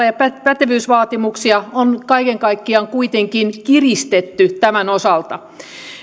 ja pätevyysvaatimuksia on kaiken kaikkiaan kuitenkin kiristetty tämän osalta